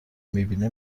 میبینه